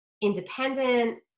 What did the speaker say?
independent